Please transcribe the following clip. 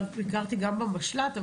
ביקרתי גם במשל"ט,